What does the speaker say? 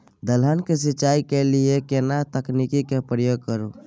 दलहन के सिंचाई के लिए केना तकनीक के प्रयोग करू?